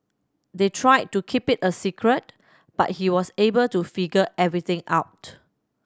they tried to keep it a secret but he was able to figure everything out